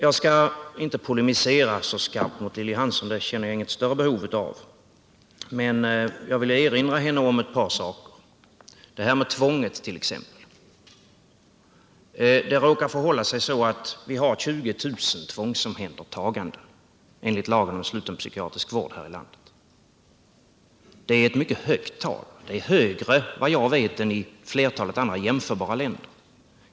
Jag skall inte polemisera så skarpt mot Lilly Hansson — det känner jag inget större behov av — men jag vill erinra henne om ett par saker. Det gäller t.ex. det här med tvånget. Det råkar vara så att vi har 20 000 tvångsomhändertaganden enligt lagen om sluten psykiatrisk vård här i landet. Detta är ett mycket högt tal. Det är högre, vad jag vet, än i flertalet jämförbara länder.